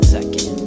Second